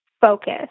focus